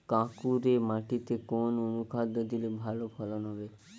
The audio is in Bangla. কাঁকুরে মাটিতে কোন অনুখাদ্য দিলে ভালো ফলন হবে?